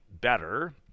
better